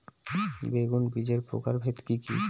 বেগুন বীজের প্রকারভেদ কি কী?